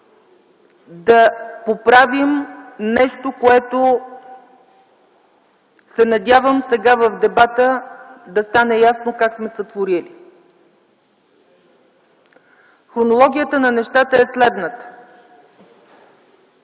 да поправим нещо, което се надявам сега в дебата да стане ясно как сме сътворили. Хронологията на нещата е следната.